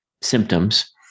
symptoms